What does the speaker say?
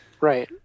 Right